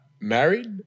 married